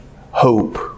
hope